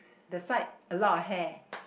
the side a lot of hair